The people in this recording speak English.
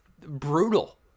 brutal